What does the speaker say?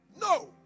No